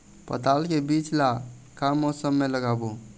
पताल के बीज ला का मौसम मे लगाबो?